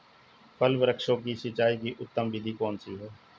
फल वृक्षों की सिंचाई की उत्तम विधि कौन सी है?